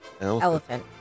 Elephant